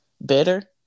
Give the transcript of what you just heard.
better